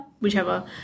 Whichever